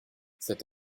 cet